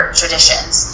traditions